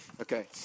okay